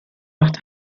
macht